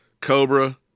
Cobra